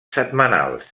setmanals